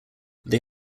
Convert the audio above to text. they